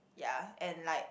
yea and like